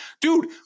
dude